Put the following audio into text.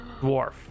dwarf